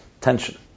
tension